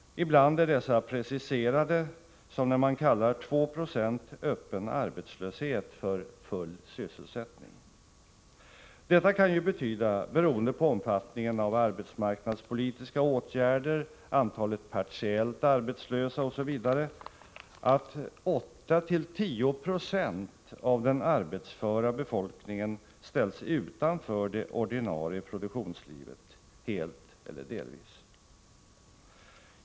Ibland är dessa preciserade, som när man kallar 2 76 öppen arbetslöshet för ”full sysselsättning”. Detta kan ju betyda, beroende på omfattningen av arbetsmarknadspolitiska åtgärder, antalet partiellt arbetslösa osv., att 8 1096 av den arbetsföra befolkningen ställs utanför det ordinarie produktionslivet, helt eller delvis.